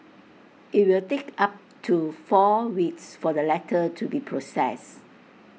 IT will take up to four weeks for the letter to be processed